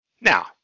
Now